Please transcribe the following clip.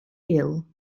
ill